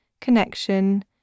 connection